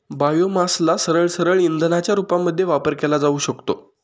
बायोमासला सरळसरळ इंधनाच्या रूपामध्ये वापर केला जाऊ शकतो